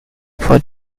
for